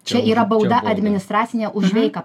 čia yra bauda administracinė už veiką